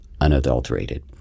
unadulterated